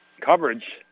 coverage